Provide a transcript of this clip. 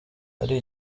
ari